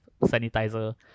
sanitizer